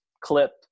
clip